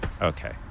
Okay